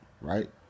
right